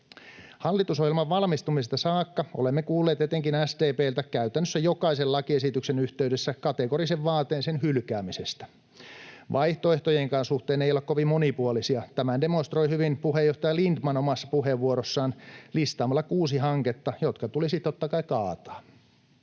Hallitusohjelman valmistumisesta saakka olemme kuulleet etenkin SDP:ltä käytännössä jokaisen lakiesityksen yhteydessä kategorisen vaateen sen hylkäämisestä. Vaihtoehtojenkaan suhteen ei olla kovin monipuolisia. Tämän demonstroi hyvin puheenjohtaja Lindtman omassa puheenvuorossaan listaamalla kuusi hanketta, jotka tulisi totta kai taata.